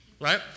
Right